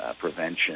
prevention